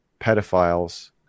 pedophiles